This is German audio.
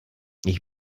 ich